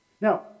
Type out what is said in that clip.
Now